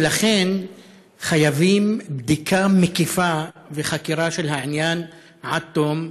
ולכן חייבים בדיקה מקיפה וחקירה של העניין עד תום.